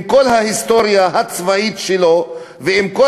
עם כל ההיסטוריה הצבאית שלו ועם כל